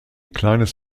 kleines